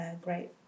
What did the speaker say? great